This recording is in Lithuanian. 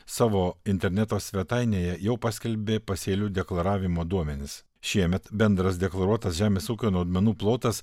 savo interneto svetainėje jau paskelbė pasėlių deklaravimo duomenis šiemet bendras deklaruotas žemės ūkio naudmenų plotas